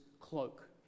cloak